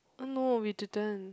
oh no we didn't